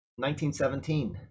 1917